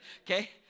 Okay